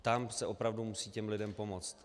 Tam se opravdu musí těm lidem pomoct.